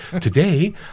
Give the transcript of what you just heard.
Today